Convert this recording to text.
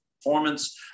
performance